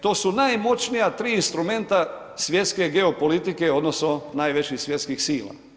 To su najmoćnija tri instrumenta svjetske geo politike odnosno najvećih svjetskih sila.